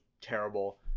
terrible